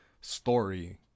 story